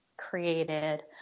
Created